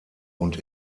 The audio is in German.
und